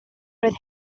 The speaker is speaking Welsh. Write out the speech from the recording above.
roedd